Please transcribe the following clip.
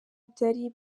byari